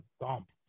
dump